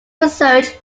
research